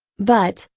but,